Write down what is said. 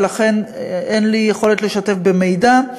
ולכן אין לי יכולת לשתף במידע,